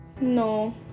No